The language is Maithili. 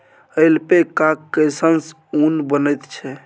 ऐल्पैकाक केससँ ऊन बनैत छै